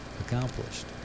accomplished